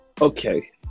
Okay